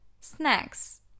snacks